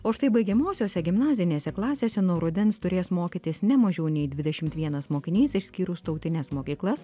o štai baigiamosiose gimnazinėse klasėse nuo rudens turės mokytis ne mažiau nei dvidešimt vienas mokinys išskyrus tautines mokyklas